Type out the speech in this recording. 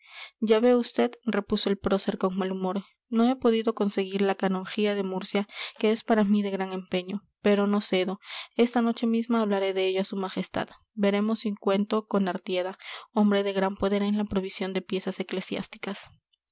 ya ve vd repuso el prócer con mal humor no he podido conseguir la canonjía de murcia que es para mí de gran empeño pero no cedo esta noche misma hablaré de ello a su majestad veremos si cuento con artieda hombre de gran poder en la provisión de piezas eclesiásticas